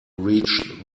reach